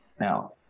now